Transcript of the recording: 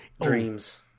Dreams